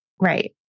Right